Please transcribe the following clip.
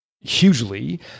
hugely